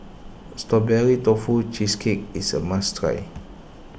Strawberry Tofu Cheesecake is a must try